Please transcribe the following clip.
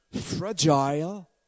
fragile